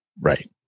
Right